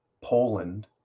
Poland